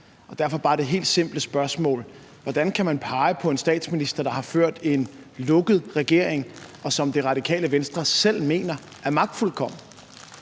bare stille det helt simple spørgsmål: Hvordan kan man pege på en statsminister, der har ført en lukket regering, og som Radikale Venstre selv mener er magtfuldkommen?